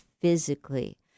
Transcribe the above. physically